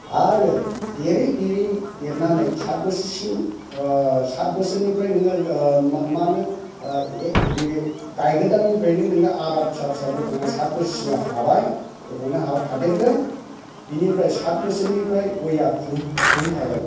आरो देरै देरै देरनानै साथ बोसोरसिम साथ बोसोरनिफ्राइ नोङो मा होनो नैबे गायगोदाननिफ्राइनो नोङो आबाद फिसा फिसा बोखांना साथ बोसोरसिमआव हाबाय बोखांनो हादेरगोन बिनिफ्राइ साथ बोसोरनिफ्राइ गयआ खुंहै खुंहैखागोन